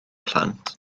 plant